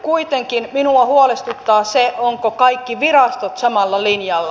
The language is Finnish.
kuitenkin minua huolestuttaa se ovatko kaikki virastot samalla linjalla